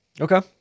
Okay